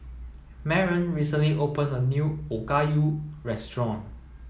Maren recently opened a new Okayu restaurant